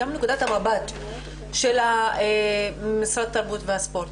וגם את נקודת המבט של משרד התרבות והספורט.